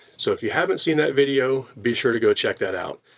so if you haven't seen that video, be sure to go check that out.